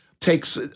takes